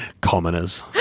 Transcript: Commoners